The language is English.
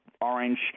orange